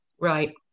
right